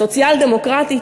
סוציאל-דמוקרטית,